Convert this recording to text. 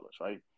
right